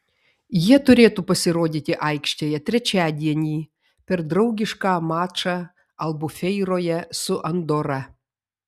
jie turėtų pasirodyti aikštėje trečiadienį per draugišką mačą albufeiroje su andora